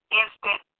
instant